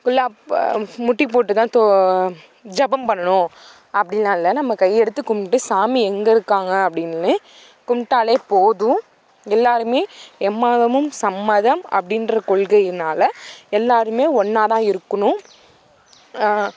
குல்லா முட்டி போட்டு தான் தோ ஜெபம் பண்ணணும் அப்படினுலாம் இல்லை நம்ம கையெடுத்து கும்பிட்டு சாமி எங்கே இருக்காங்க அப்படின்னு கும்பிட்டாலே போதும் எல்லாருமே எம்மதமும் சம்மதம் அப்படின்ற கொள்கைனால எல்லாருமே ஒன்றா தான் இருக்கணும்